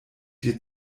dir